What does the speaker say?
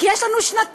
כי יש לנו שנתיים,